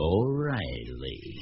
O'Reilly